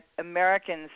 Americans